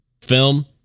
film